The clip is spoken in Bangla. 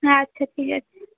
আচ্ছা ঠিক আছে